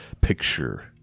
picture